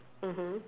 mmhmm